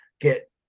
get